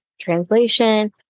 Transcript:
translation